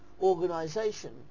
organization